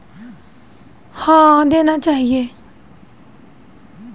स्कूलों में बच्चों को पेड़ और उनसे संबंधित बीमारी का ज्ञान देना चाहिए